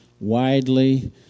Widely